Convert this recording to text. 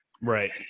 Right